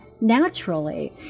naturally